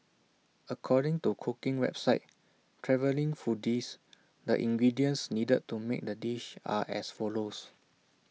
according to cooking website travelling foodies the ingredients needed to make the dish are as follows